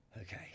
okay